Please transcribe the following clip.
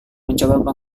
mencoba